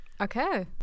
Okay